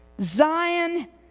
Zion